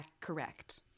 Correct